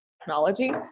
technology